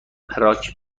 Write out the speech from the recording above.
پراگ